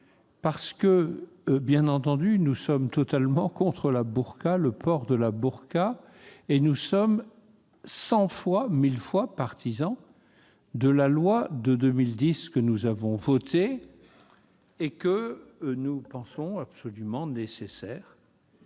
pourquoi. Bien entendu, nous sommes totalement opposés au port de la burqa ; nous sommes cent fois, mille fois, partisans de la loi de 2010, que nous avons votée et que nous pensons absolument nécessaire.